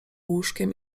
łóżkiem